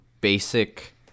basic –